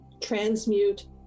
transmute